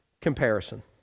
Comparison